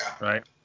Right